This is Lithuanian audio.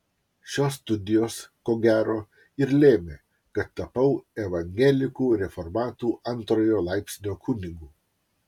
šios studijos ko gero ir lėmė kad tapau evangelikų reformatų antrojo laipsnio kunigu